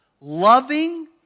loving